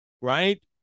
right